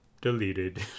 deleted